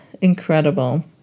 incredible